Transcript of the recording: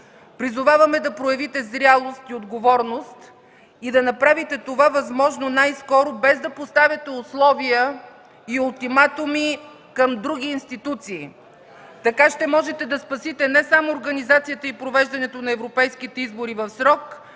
Призоваваме да проявите зрялост и отговорност и да направите това възможно най-скоро, без да поставяте условия и ултиматуми към други институции. (Реплики от КБ и ДПС.) Така ще можете да спасите не само организацията и провеждането на европейските избори в срок,